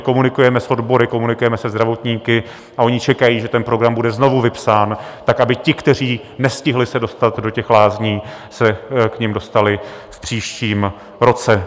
Komunikujeme s odbory, komunikujeme se zdravotníky a oni čekají, že ten program bude znovu vypsán tak, aby ti, kteří nestihli se dostat do těch lázní, se k nim dostali v příštím roce.